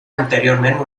anteriorment